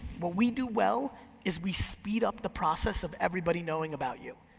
what we do well is we speed up the process of everybody knowing about you.